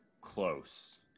Close